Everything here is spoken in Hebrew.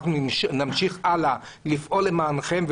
אנחנו נמשיך הלאה לפעול למענכם.